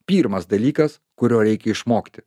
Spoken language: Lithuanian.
pirmas dalykas kurio reikia išmokti